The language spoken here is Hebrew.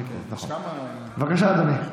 בבקשה, אדוני.